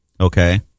okay